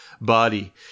body